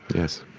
yes.